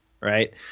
right